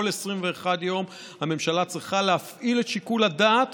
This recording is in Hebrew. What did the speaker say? כל 21 יום הממשלה צריכה להפעיל את שיקול הדעת